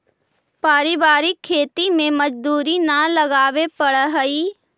पारिवारिक खेती में मजदूरी न लगावे पड़ऽ हइ